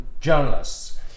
journalists